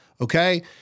okay